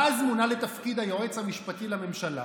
מאז מונה לתפקיד היועץ המשפטי לממשלה